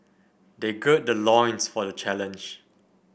they gird their loins for the challenge